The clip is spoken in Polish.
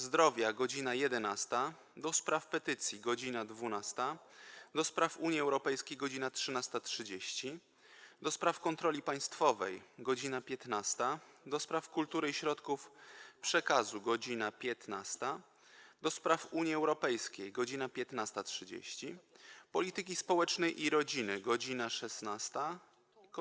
Zdrowia - godz. 11, - do Spraw Petycji - godz. 12, - do Spraw Unii Europejskiej - godz. 13.30, - do Spraw Kontroli Państwowej - godz. 15, - do Spraw Kultury i Środków Przekazu - godz. 15, - do Spraw Unii Europejskiej - godz. 15.30, - Polityki Społecznej i Rodziny - godz. 16,